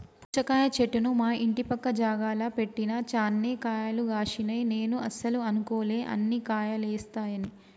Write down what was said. పుచ్చకాయ చెట్టును మా ఇంటి పక్క జాగల పెట్టిన చాన్నే కాయలు గాశినై నేను అస్సలు అనుకోలే అన్ని కాయలేస్తాయని